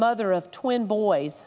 mother of twin boys